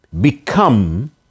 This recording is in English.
become